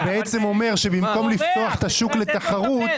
אתה בעצם אומר שבמקום לפתוח את השוק לתחרות